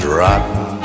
rotten